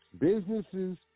Businesses